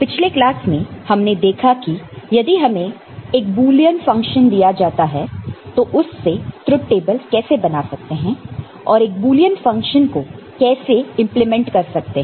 पिछले क्लास में हमने देखा था कि यदि हमें एक बुलियन फंक्शन दिया जाए तो उससे ट्रुथ टेबलकैसे बना सकते हैं और एक बुलियन फंक्शन को कैसे इंप्लीमेंट कर सकते हैं